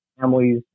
families